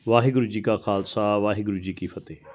ਵਾਹਿਗੁਰੂ ਜੀ ਕਾ ਖਾਲਸਾ ਵਾਹਿਗੁਰੂ ਜੀ ਕੀ ਫਤਿਹ